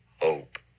hope